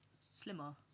slimmer